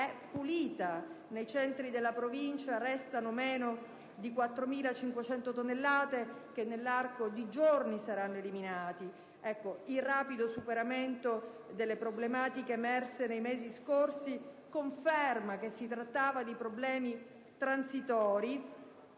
è pulita e nei centri della Provincia restano meno di 4.500 tonnellate di rifiuti che nell'arco di giorni saranno eliminati. Il rapido superamento delle problematiche emerse nei mesi scorsi conferma che si trattava di problemi transitori,